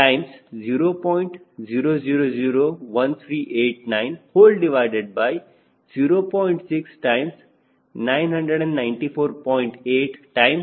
8LD L ಅನುಪಾತ D 0